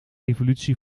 evolutie